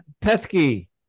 Pesky